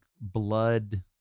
blood